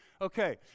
Okay